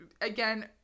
again